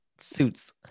suits